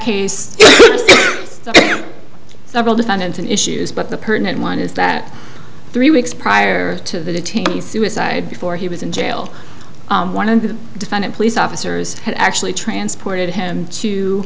case several defendants in issues but the pertinent one is that three weeks prior to the detainees suicide before he was in jail one of the defendant police officers had actually transported him to